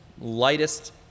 lightest